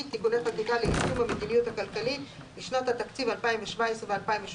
(תיקוני חקיקה ליישום המדיניות הכלכלית לשנות התקציב 2017 ו-2018)